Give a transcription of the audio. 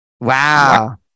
Wow